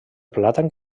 plàtan